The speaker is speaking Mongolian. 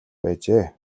байжээ